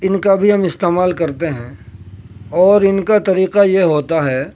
ان کا بھی ہم استعمال کرتے ہیں اور ان کا طریقہ یہ ہوتا ہے